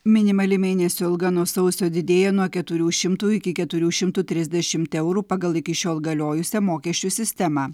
minimali mėnesio alga nuo sausio didėja nuo keturių šimtų iki keturių šimtų trisdešimt eurų pagal iki šiol galiojusią mokesčių sistemą